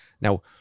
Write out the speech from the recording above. Now